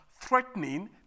threatening